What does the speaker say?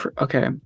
okay